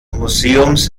museums